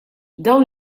dawn